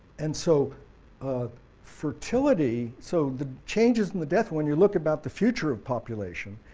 and so ah fertility so the changes in the death, when you look about the future of population,